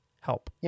help